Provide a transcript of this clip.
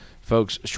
folks